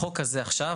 החוק הזה עכשיו,